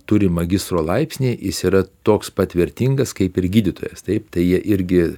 turi magistro laipsnį jis yra toks pat vertingas kaip ir gydytojas taip tai jie irgi